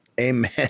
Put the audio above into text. Amen